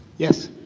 yes?